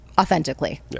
Authentically